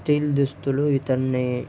steel దుస్తులు ఇతన్ని